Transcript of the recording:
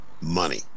money